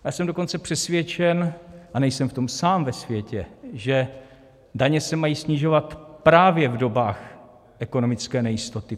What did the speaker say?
Já jsem dokonce přesvědčen, a nejsem v tom sám ve světě, že daně se mají snižovat právě v dobách ekonomické nejistoty.